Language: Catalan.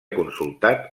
consultat